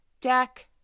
deck